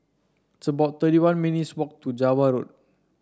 it's about thirty one minutes' walk to Java Road